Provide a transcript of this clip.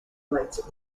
related